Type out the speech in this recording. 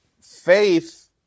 faith